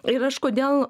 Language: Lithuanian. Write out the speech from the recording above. ir aš kodėl